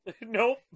Nope